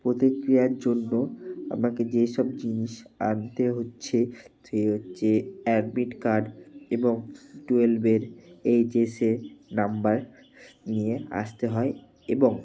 প্রতিক্রিয়ার জন্য আমাকে যেসব জিনিস আনতে হচ্ছে সে হচ্ছে অ্যাডমিট কার্ড এবং টুয়েলবের এইচ এস এর নাম্বার নিয়ে আসতে হয় এবং